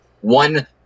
One